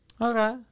Okay